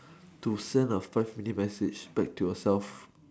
to send a five minute message back to yourself